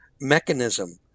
mechanism